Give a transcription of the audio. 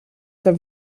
der